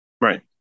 Right